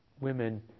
women